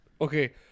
Okay